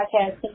podcast